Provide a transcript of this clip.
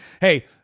Hey